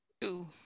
Two